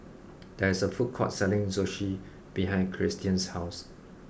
there is a food court selling Zosui behind Kiersten's house